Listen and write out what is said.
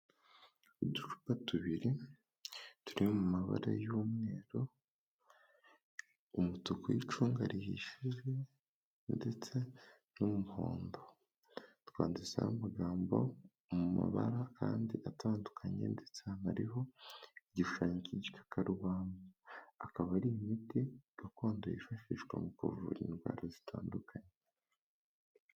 Uducupa tubiri turi mu mabara y'umweru, umutuku, w'icunga rihishije ndetse n'umuhondo. Twanditseho amagambo mu mabara kandi atandukanye ndetse hariho igishushanyo cy'igikarubamba. Akaba ari imiti gakondo yifashishwa mu kuvura indwara zitandukanye.